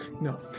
No